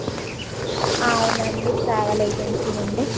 అవునండి ట్రావెల్ ఏజెన్సీనే అండి